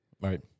Right